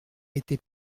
était